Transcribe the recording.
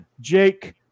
Jake